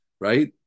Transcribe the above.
right